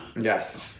Yes